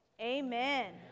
Amen